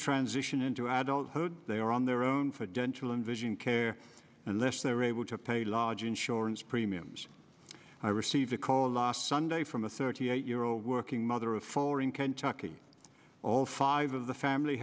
transition into adult hood they are on their own for dental and vision care unless they are able to pay large insurance premiums i received a call last sunday from a thirty eight year old working mother of four in kentucky all five of the family